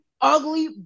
ugly